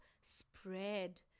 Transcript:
spread